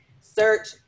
search